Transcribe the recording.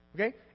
Okay